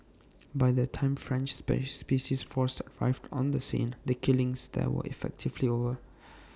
by the time French space special forces arrived on the scene the killings there were effectively over